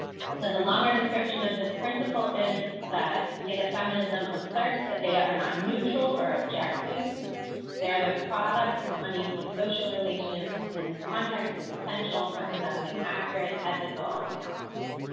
so the longer description of this principle is that data feminism asserts that data are not neutral or objective there the products of unequal social relations in this context is essential for conducting accurate ethical analysis.